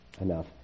enough